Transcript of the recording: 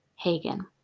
Hagen